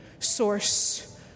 source